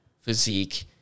physique